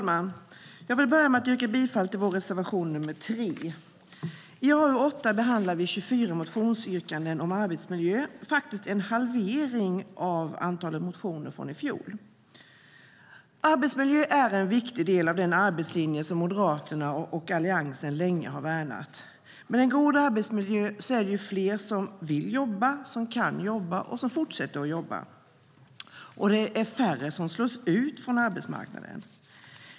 Herr talman! Jag börjar med att yrka bifall till vår reservation, nr 3. I AU8 behandlar vi 24 motionsyrkanden om arbetsmiljö. Det är faktiskt en halvering av antalet jämfört med i fjol. Arbetsmiljö är en viktig del av den arbetslinje som Moderaterna och Alliansen länge har värnat. Med en god arbetsmiljö är det fler som vill jobba, kan jobba och fortsätter att jobba, och färre slås ut från arbetsmarknaden.